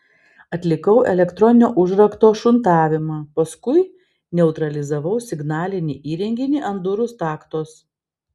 atlikau elektroninio užrakto šuntavimą paskui neutralizavau signalinį įrenginį ant durų staktos